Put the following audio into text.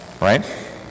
right